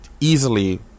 easily